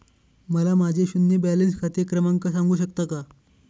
मला माझे शून्य बॅलन्स खाते क्रमांक सांगू शकता का?